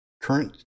Current